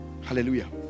Hallelujah